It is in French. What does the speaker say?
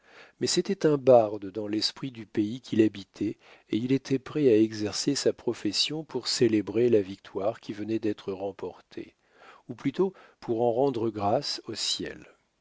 mais c'était un barde dans l'esprit du pays qu'il habitait et il était prêt à exercer sa profession pour célébrer la victoire qui venait d'être remportée ou plutôt pour en rendre grâces au ciel